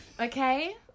okay